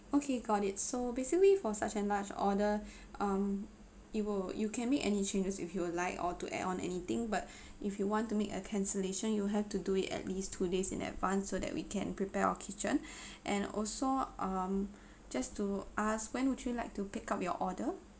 okay got it so basically for such an large order um it will you can make any changes if you would like or to add on anything but if you want to make a cancellation you have to do it at least two days in advance so that we can prepare our kitchen and also um just to ask when would you like to pick up your order